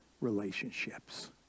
relationships